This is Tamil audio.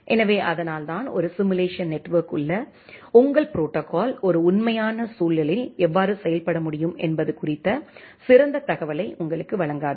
எனவே அதனால்தான் ஒரு சிம்முலேசன் நெட்வொர்க் உங்கள் ப்ரோடோகால் ஒரு உண்மையான சூழலில் எவ்வாறு செயல்பட முடியும் என்பது குறித்த சிறந்த தகவலை உங்களுக்கு வழங்காது